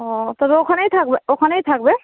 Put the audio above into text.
ও তবে ওখানেই থাকবে ওখানেই থাকবে